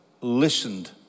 listened